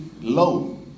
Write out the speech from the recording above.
low